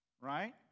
right